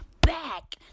back